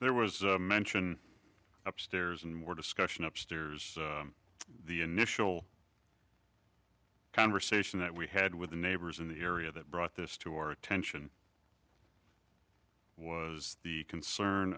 there was mention upstairs and more discussion upstairs the initial conversation that we had with the neighbors in the area that brought this to our attention was the concern